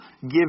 give